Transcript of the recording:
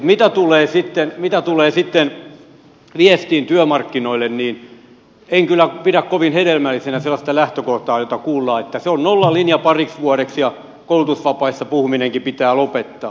mitä tulee sitten viestiin työmarkkinoille niin en kyllä pidä kovin hedelmällisenä sellaista lähtökohtaa jota kuullaan että se on nollalinja pariksi vuodeksi ja koulutusvapaista puhuminenkin pitää lopettaa